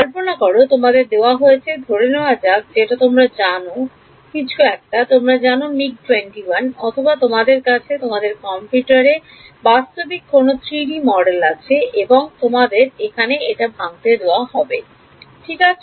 কল্পনা করো তোমাদের দেওয়া হয়েছে ধরে নেয়া যাক যেটা তোমরা জানো কিছু তোমরা জানো মিগ 21 অথবা তোমাদের কাছে তোমাদের কম্পিউটার এ বাস্তবিক কোন 3 ডি মডেল আছে এবং তোমাদের এখন এটাকে ভাঙতে হবে ঠিক আছে